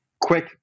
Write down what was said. quick